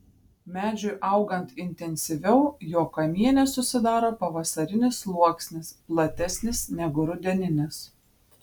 medžiui augant intensyviau jo kamiene susidaro pavasarinis sluoksnis platesnis negu rudeninis